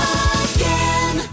again